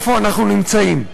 איפה אנחנו נמצאים,